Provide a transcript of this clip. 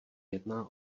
jedná